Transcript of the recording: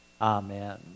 Amen